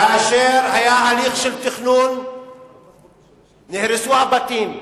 כאשר היה הליך של תכנון נהרסו הבתים.